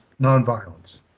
nonviolence